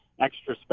extra